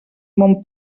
mon